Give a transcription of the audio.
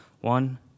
one